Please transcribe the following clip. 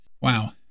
Wow